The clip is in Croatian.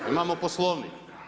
Imamo Poslovnik.